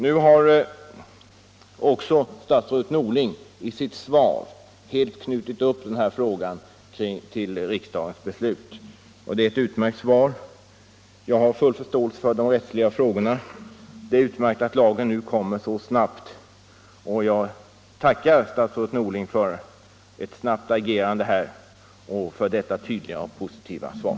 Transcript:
Nu har också statsrådet Norling i sitt svar helt knutit upp denna fråga till riksdagens beslut. Det är ett utmärkt svar. Jag har full förståelse för de rättsliga frågorna. Det är utmärkt att lagen kommer så snabbt, och jag tackar statsrådet Norling för ett snabbt agerande och för detta tydliga och positiva svar.